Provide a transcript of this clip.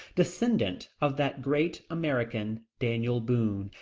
descendant of that great american, daniel boone,